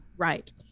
Right